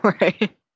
Right